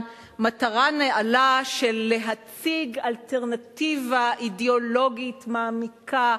מטרה נעלה של להציג אלטרנטיבה אידיאולוגית מעמיקה,